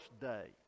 day